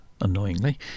annoyingly